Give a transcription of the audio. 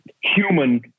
human